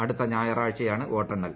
അടുത്ത ഞായറാഴ്ചയാണ് വോട്ടെണ്ണൽ